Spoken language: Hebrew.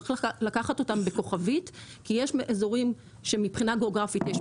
צריך לקחת אותם בכוכבית כי יש אזורים שמבחינה גיאוגרפית יש